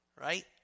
right